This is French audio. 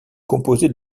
composée